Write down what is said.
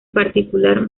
particular